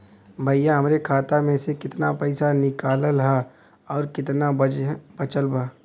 भईया हमरे खाता मे से कितना पइसा निकालल ह अउर कितना बचल बा?